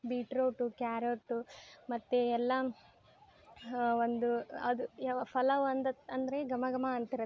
beetroot carrot ಮತ್ತೆ ಎಲ್ಲ ಒಂದು ಅದು ಯಾವ ಫಲವೊಂದಿತ್ತು ಅಂದರೆ ಘಮ ಘಮ ಅಂತಿರುತ್ತೆ